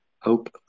Hope